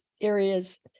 areas